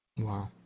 Wow